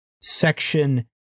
section